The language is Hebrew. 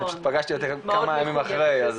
אני פשוט פגשתי אותה כמה ימים אחרי.